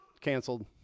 canceled